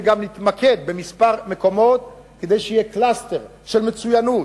וגם להתמקד במספר מקומות כדי שיהיה cluster של מצוינות,